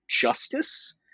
justice